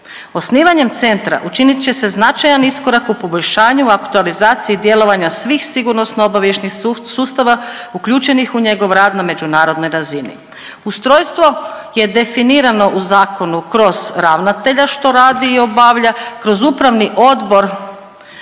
Osnivanjem centra učinit će se značajan iskorak u poboljšanju aktualizaciji djelovanja svih sigurnosno obavještajnih sustava uključenih u njegov rad na međunarodnoj razini. Ustrojstvo je definirano u zakonu kroz ravnatelja što radi i obavlja, kroz upravni odbor,